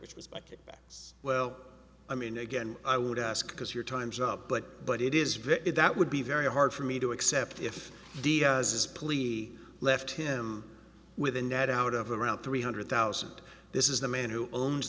which was by kickbacks well i mean again i would ask because your time's up but but it is that would be very hard for me to accept if his plea left him with a net out of around three hundred thousand this is the man who owns